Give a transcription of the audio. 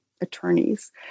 attorneys